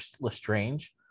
Lestrange